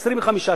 25%,